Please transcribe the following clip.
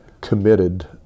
committed